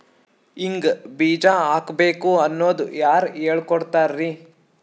ಹಿಂಗ್ ಬೀಜ ಹಾಕ್ಬೇಕು ಅನ್ನೋದು ಯಾರ್ ಹೇಳ್ಕೊಡ್ತಾರಿ?